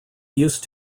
used